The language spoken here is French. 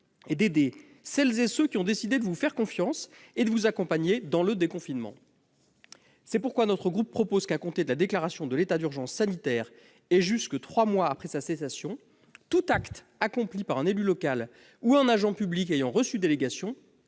et d'aider celles et ceux qui ont décidé de vous faire confiance et de vous accompagner dans le déconfinement. C'est pourquoi notre groupe propose que, à compter de la déclaration de l'état d'urgence sanitaire et jusqu'à trois mois après sa cessation, tout acte accompli par un élu local ou un agent public ayant reçu délégation